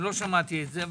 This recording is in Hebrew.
לא שמעתי את זה.